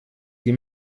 die